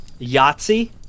Yahtzee